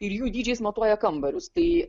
ir jų dydžiais matuoja kambarius tai